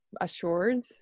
assured